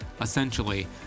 essentially